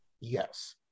yes